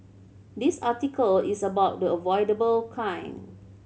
this article is about the avoidable kind